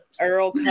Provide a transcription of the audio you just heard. Earl